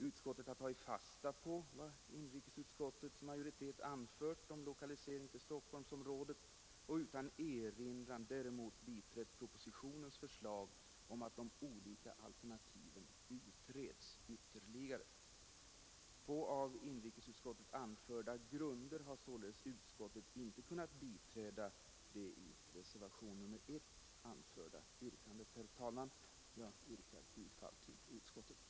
Utskottet har tagit fasta på vad inrikesutskottets majoritet anfört om lokalisering till Stockholmsområdet, men utan erinran däremot biträtt propositionens förslag om att de olika alternativen skall utredas ytterligare. På av inrikesutskottet anförda grunder har således utskottet inte kunnat biträda det i reservationen 1 gjorda yrkandet. Herr talman! Jag yrkar bifall till näringsutskottets hemställan.